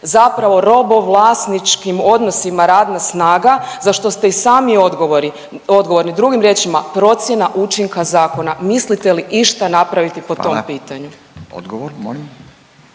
zapravo robovlasničkim odnosima radna snaga za što ste i sami odgovorni. Drugim riječima procjena učinka zakona mislite li išta napraviti po tom pitanju?